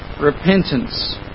repentance